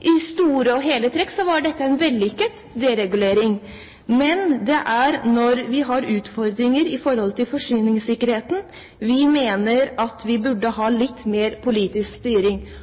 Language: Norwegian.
I store trekk var dette en vellykket deregulering, men det er når vi har utfordringer knyttet til forsyningssikkerheten, vi mener at vi burde ha litt mer politisk styring.